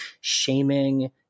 shaming